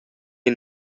ina